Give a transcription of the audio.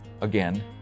again